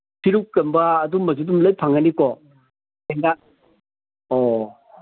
ꯐꯤꯔꯨꯛꯀꯨꯝꯕ ꯑꯗꯨꯝꯕꯗꯨꯁꯨ ꯂꯣꯏ ꯐꯪꯒꯅꯤꯀꯣ ꯑꯣ